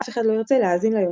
אף אחד לא ירצה להאזין לה יותר".